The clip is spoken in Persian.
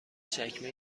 چکمه